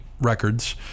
records